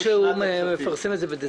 הוא אמר שהוא מפרסם את זה בדצמבר.